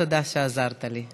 תודה, שעזרת לי.